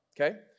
okay